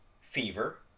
fever